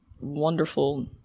wonderful